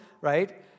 Right